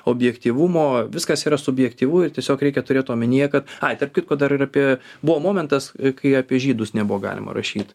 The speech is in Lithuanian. objektyvumo viskas yra subjektyvu ir tiesiog reikia turėt omenyje kad ai tarp kitko dar ir apie buvo momentas kai apie žydus nebuvo galima rašyt